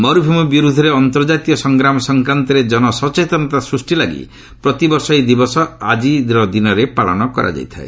ମର୍ଭଭୂମି ବିର୍ଦ୍ଧରେ ଅନ୍ତର୍ଜାତୀୟ ସଂଗ୍ରାମ ସଂକ୍ରାନ୍ତରେ ଜନସଚେତନତା ସୃଷ୍ଟି ଲାଗି ପ୍ରତିବର୍ଷ ଏହି ଦିବସ ଆଜିର ଦିନରେ ପାଳନ କରାଯାଇଥାଏ